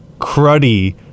cruddy